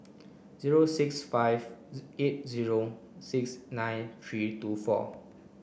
zero six five eight zero six nine three two four